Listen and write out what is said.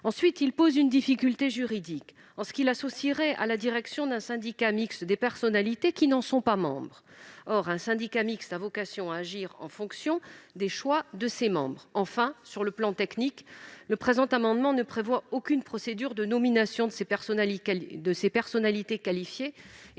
Ensuite, il pose une difficulté juridique, en ce qu'il associerait à la direction d'un syndicat mixte des personnalités qui n'en sont pas membres. Or un syndicat mixte a vocation à agir en fonction des choix de ses membres. Enfin, sur le plan technique, le présent amendement ne vise à prévoir aucune procédure de nomination de ces personnalités qualifiées